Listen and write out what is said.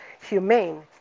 humane